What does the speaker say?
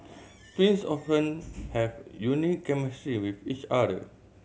twins often have unique chemistry with each other